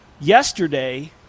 Yesterday